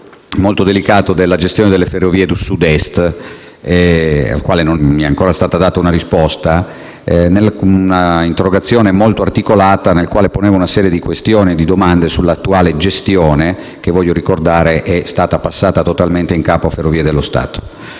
molto delicato della gestione delle Ferrovie del Sud-Est cui ancora non è stata data una risposta. Si tratta di un'interrogazione molto articolata nella quale ponevo una serie di questioni e di domande sull'attuale gestione che, voglio ricordare, è passata totalmente in capo a Ferrovie dello Stato.